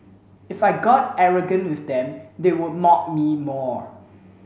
if I got arrogant with them they would mock me more